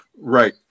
Right